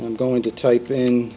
i'm going to type in